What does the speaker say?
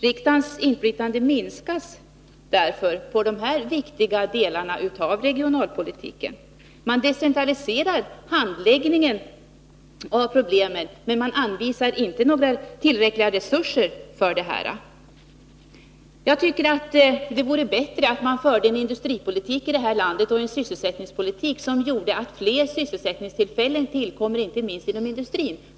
Riksdagens inflytande minskar därför på dessa viktiga delar av regionalpolitiken. Man decentraliserar handläggningen av problemen, men anvisar inte tillräckliga resurser för det arbetet. Det vore bättre att man i detta land förde en industripolitik och sysselsättningspolitik som gjorde att det tillkom fler sysselsättningstillfällen, inte minst inom industrin.